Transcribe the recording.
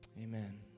Amen